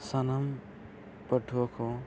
ᱥᱟᱱᱟᱢ ᱯᱟᱹᱴᱷᱩᱣᱟᱹ ᱠᱚ